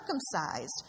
circumcised